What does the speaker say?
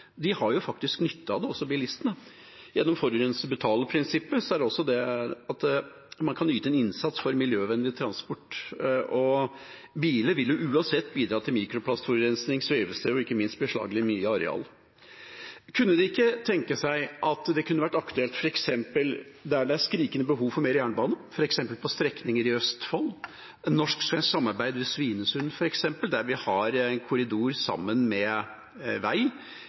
har jo faktisk nytte av det. Gjennom forurenser-betaler-prinsippet er det også slik at man kan yte en innsats for miljøvennlig transport, og bilene vil jo uansett bidra til mikroplastforurensing, svevestøv og ikke minst beslaglegge mye areal. Kunne en ikke tenke seg at det kunne være aktuelt, f.eks. der det er skrikende behov for mer jernbane, f.eks. på strekninger i Østfold, med et norsk-svensk samarbeid ved f.eks. Svinesund, der vi har en korridor sammen med vei,